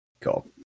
Cool